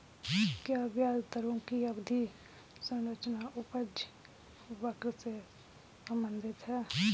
क्या ब्याज दरों की अवधि संरचना उपज वक्र से संबंधित है?